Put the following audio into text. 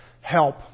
help